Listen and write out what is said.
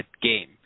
game